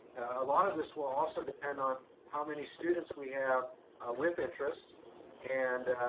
a lot of this will also depend on how many students we have with interest and,